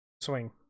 swing